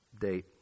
date